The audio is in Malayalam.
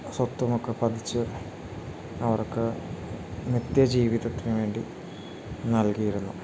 സ്വത്തുമൊക്കെ പതിച്ച് അവർക്ക് നിത്യ ജീവിതത്തിനുവേണ്ടി നൽകിയിരുന്നു